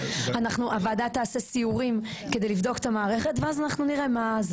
הוועדה תעשה סיורים כדי לבדוק את המערכת ואז אנחנו נראה.